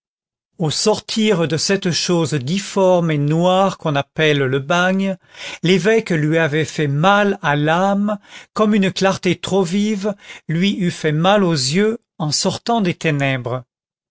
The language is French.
au sortir de cette chose difforme et noire qu'on appelle le bagne l'évêque lui avait fait mal à l'âme comme une clarté trop vive lui eût fait mal aux yeux en sortant des ténèbres